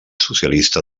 socialista